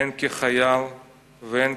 הן כחייל והן